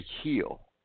heal